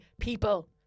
people